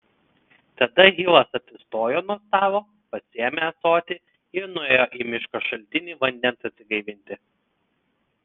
tada hilas atsistojo nuo stalo pasiėmė ąsotį ir nuėjo į miško šaltinį vandens atsigaivinti